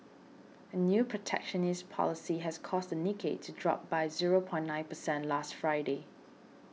a new protectionist policy has caused the Nikkei to drop by zero point nine percent last Friday